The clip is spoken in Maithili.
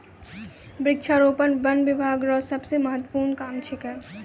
वृक्षारोपण वन बिभाग रो सबसे महत्वपूर्ण काम छिकै